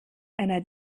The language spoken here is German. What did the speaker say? einer